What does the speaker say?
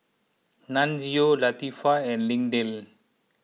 Nunzio Latifah and Lindell